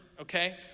okay